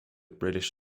british